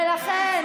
תמשיכי לקלל ולצעוק,